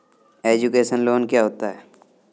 Education loan क्या होता है?